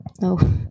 no